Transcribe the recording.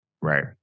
Right